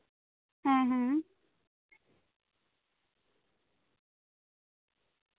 ᱦᱮᱸ ᱦᱮᱸ